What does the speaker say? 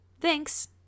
Thanks